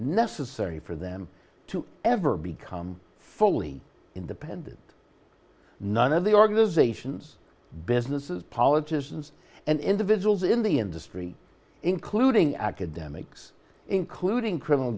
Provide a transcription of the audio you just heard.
necessary for them to ever become fully independent none of the organizations businesses politicians and individuals in the industry including academics including criminal